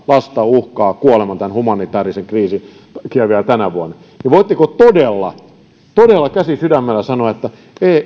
lasta uhkaa kuolema tämän humanitäärisen kriisin takia vielä tänä vuonna voitteko todella todella käsi sydämellä sanoa että